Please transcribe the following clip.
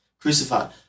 crucified